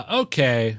okay